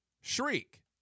shriek